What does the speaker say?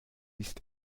ist